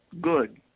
good